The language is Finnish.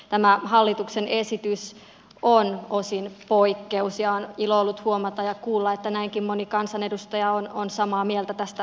tämä hallituksen esitys on osin poikkeus ja on ollut ilo huomata ja kuulla että näinkin moni kansanedustaja on samaa mieltä tästä asiasta